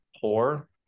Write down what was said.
poor